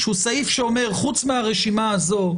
שהוא סעיף שאומר שחוץ מהרשימה הזאת,